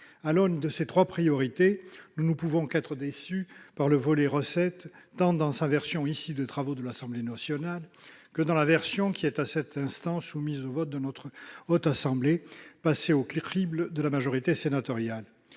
à l'aune de ces trois priorités, nous ne pouvons qu'être déçus par le volet « recettes », tant dans sa rédaction issue des travaux de l'Assemblée nationale que dans la version soumise, en cet instant, au vote de la Haute Assemblée, après être passée au crible de la majorité sénatoriale.